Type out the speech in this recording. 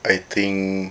I think